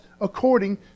according